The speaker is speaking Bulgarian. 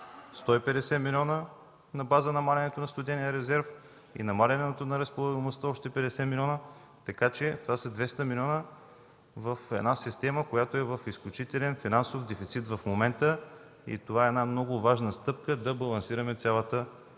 150 милиона на базата на намаляване на студения резерв и с намаляването на разполагаемостта с още 50 милиона, така че това са 200 милиона в една система, която е в изключителен финансов дефицит в момента. Това е много важна стъпка, за да балансираме енергийната